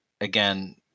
again